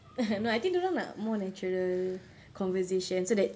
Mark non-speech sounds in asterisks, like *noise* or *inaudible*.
*laughs* no I think dorang nak more natural conversation so that